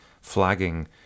flagging